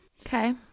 okay